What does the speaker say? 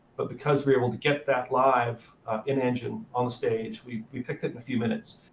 but because we're able to get that live in engine on the stage, we we picked it in a few minutes.